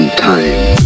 time